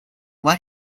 what